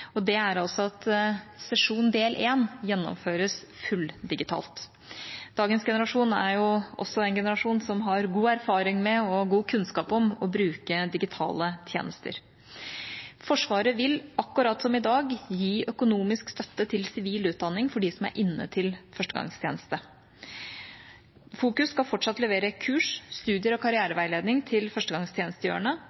at sesjon del 1 gjennomføres fulldigitalt. Dagens generasjon er jo en generasjon som har god erfaring med og god kunnskap om å bruke digitale tjenester. Forsvaret vil, akkurat som i dag, gi økonomisk støtte til sivil utdanning for dem som er inne til førstegangstjeneste. Fokus skal fortsatt levere kurs, studier og